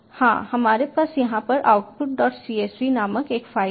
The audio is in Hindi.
हाँ हमारे पास यहाँ पर outputcsv नामक एक फाइल है